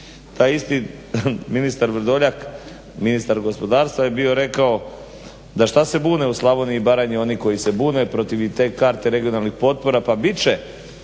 Taj isti ministar Vrdoljak, ministar gospodarstva je bio rekao da što se bune u Slavoniji i Baranji, oni koji se bune protiv i te karte regionalnih potpora pa bit će,